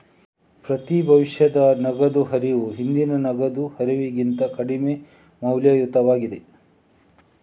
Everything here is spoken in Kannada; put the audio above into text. ಪ್ರತಿ ಭವಿಷ್ಯದ ನಗದು ಹರಿವು ಹಿಂದಿನ ನಗದು ಹರಿವಿಗಿಂತ ಕಡಿಮೆ ಮೌಲ್ಯಯುತವಾಗಿದೆ